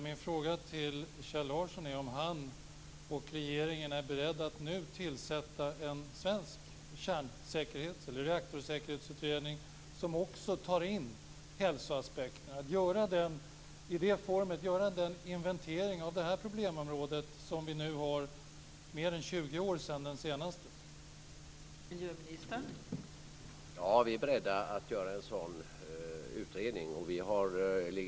Min fråga till Kjell Larsson är om han och regeringen är beredda att nu tillsätta en svensk reaktorsäkerhetsutredning som också omfattar hälsoaspekterna och gör en inventering av det problemområde som vi nu har mer än 20 år efter den senaste utredningen.